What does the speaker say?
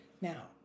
Now